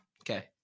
Okay